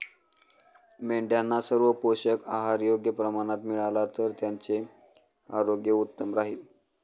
मेंढ्यांना सर्व पोषक आहार योग्य प्रमाणात मिळाला तर त्यांचे आरोग्य उत्तम राहील